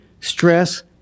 stress